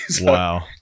Wow